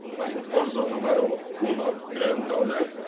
my also numero uno granddaughter.